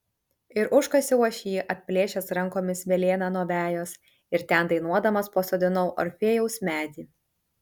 ir užkasiau aš jį atplėšęs rankomis velėną nuo vejos ir ten dainuodamas pasodinau orfėjaus medį